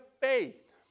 faith